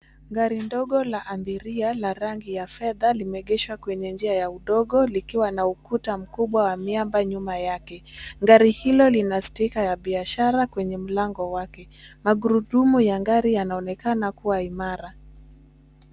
Gari dogo la abiria la rangi ya fedha limeegeshwa kwenye njia ya udogo likiwa na ukuta mkubwa wa miamba nyuma yake. Gari hilo lina sticker ya biashara kwenye mlango wake. Magurudumu ya gari yanaonekana kuwa imara.